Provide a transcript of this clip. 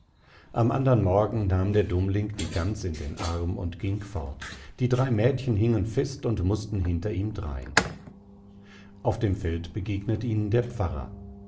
am andern morgen nahm der dummling die gans in den arm und ging fort die drei mädchen hingen fest und mußten hinter ihm drein auf dem feld begegnet ihnen der pfarrer